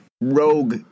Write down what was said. rogue